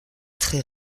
très